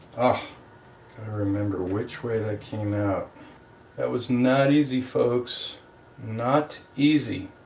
oh i remember which way that came out that was not easy folks not easy